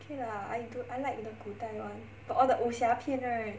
okay lah I do I like the 古代 [one] got all the 武侠片 right